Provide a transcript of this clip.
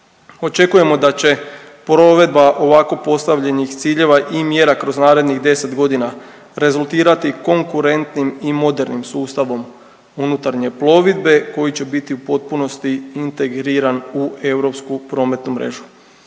Očekujemo da će provedba ovako postavljenih ciljeva i mjera kroz narednih 10 godina rezultirati konkurentnim i modernim sustavom unutarnje plovidbe koji će biti u potpunosti integriran u europsku prometnu mrežu.